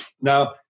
Now